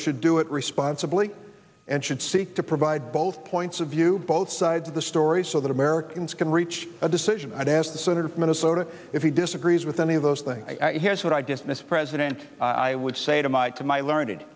should do it responsibly and should seek to provide both points of view both sides of the story so that americans can reach a decision as the senator from minnesota if he disagrees with any of those things here's what i dismiss president i would say to my to my learned